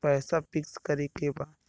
पैसा पिक्स करके बा?